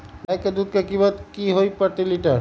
गाय के दूध के कीमत की हई प्रति लिटर?